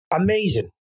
Amazing